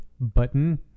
button